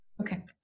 Okay